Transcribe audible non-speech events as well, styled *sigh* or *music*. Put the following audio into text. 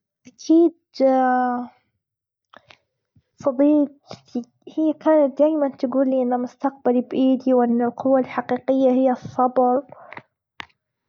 *noise* أكيد *hesitation* صديجتي هي كانت دايمًا تجولي أن مستقبلي بأيدي، وأن القوة الحقيقية هي الصبر.